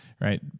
Right